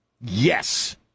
Yes